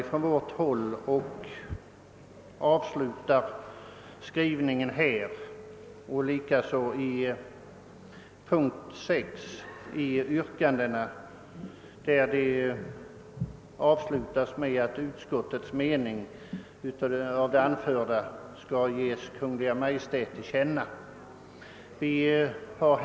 I mom. 6 i utskottets hemställan föreslås också att riksdagen bl.a. i anledning av våra motioner »som sin mening ger Kungl. Maj:t till känna vad utskottet anfört».